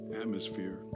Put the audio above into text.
atmosphere